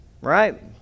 Right